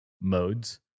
modes